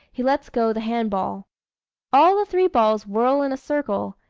he lets go the hand-ball all the three balls whirl in a circle,